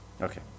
Okay